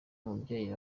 umubyeyi